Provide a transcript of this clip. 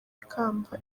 ikamba